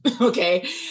okay